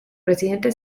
presidente